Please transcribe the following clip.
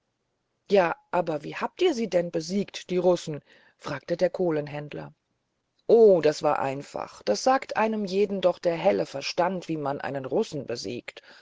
ja wie habt ihr sie denn besiegt die russen fragte der kohlenhändler o das war ganz einfach das sagt einem jeden doch der helle verstand wie man einen russen besiegt